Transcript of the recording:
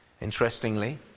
Interestingly